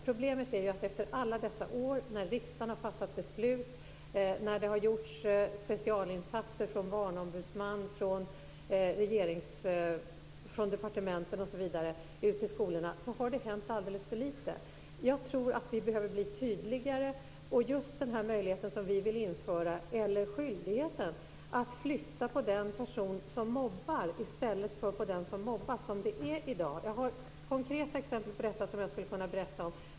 Problemet är att det under alla dessa år har hänt alldeles för litet, trots att riksdagen har fattat beslut och att Barnombudsmannen och departementen har gjort specialinsatser ute i skolorna. Jag tror att vi behöver bli tydligare. Det kan ske just genom den möjlighet - eller snarare skyldighet - som vi vill införa, att flytta på den person som mobbar i stället för på den som mobbas, vilket sker i dag. Jag har konkreta exempel som jag skulle kunna berätta om.